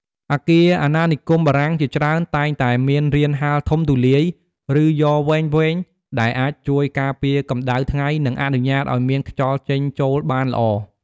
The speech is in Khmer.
អគារអាណានិគមបារាំងជាច្រើនតែងតែមាន រានហាលធំទូលាយ ឬ យ៉រវែងៗ ដែលអាចជួយការពារកម្ដៅថ្ងៃ និងអនុញ្ញាតឱ្យមានខ្យល់ចេញចូលបានល្អ។